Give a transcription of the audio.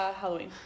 Halloween